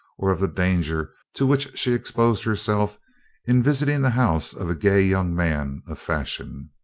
or of the danger to which she exposed herself in visiting the house of a gay young man of fashion.